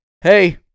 Hey